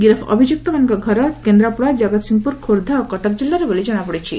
ଗିରଫ ସମସ୍ତ ଅଭିଯ୍ବକ୍ତମାନଙ୍କ ଘର କେନ୍ଦ୍ରାପଡା ଜଗତସିଂହପୁର ଖୋର୍ବ୍ଧା ଓ କଟକ କିଲ୍ଲାରେ ବୋଲି ଜଣାପଡିଛି